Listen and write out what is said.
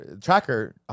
tracker